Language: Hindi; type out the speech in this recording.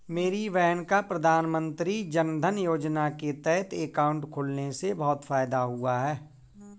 मेरी बहन का प्रधानमंत्री जनधन योजना के तहत अकाउंट खुलने से बहुत फायदा हुआ है